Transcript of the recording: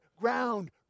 ground